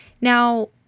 Now